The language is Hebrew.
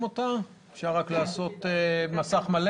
החל מתחילת הקורונה.